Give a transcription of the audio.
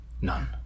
none